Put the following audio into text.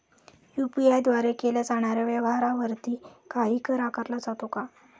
UPI द्वारे केल्या जाणाऱ्या व्यवहारावरती काही कर आकारला जातो का?